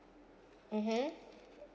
(uh huh)